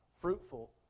fruitful